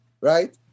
right